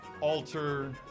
alter